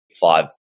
five